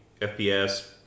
FPS